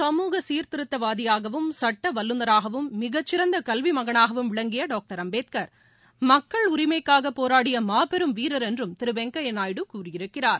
சமூக சீர்திருத்தவாதியாகவும் சட்டவல்லுநராகவும் மிகச்சிறந்தகல்விமானாகவும் விளங்கியடாக்டர் அம்பேத்கர் மக்கள் உரிமைக்காகபோராடியமாபெரும் வீரர் என்றும் திருவெங்கையாநாயுடு கூறியிருக்கிறார்